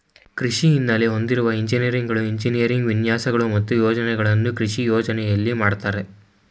ಕೃಷಿ ಹಿನ್ನೆಲೆ ಹೊಂದಿರುವ ಎಂಜಿನಿಯರ್ಗಳು ಎಂಜಿನಿಯರಿಂಗ್ ವಿನ್ಯಾಸಗಳು ಮತ್ತು ಯೋಜನೆಗಳನ್ನು ಕೃಷಿ ಯೋಜನೆಯಲ್ಲಿ ಮಾಡ್ತರೆ